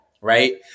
right